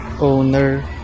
Owner